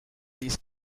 these